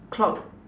clock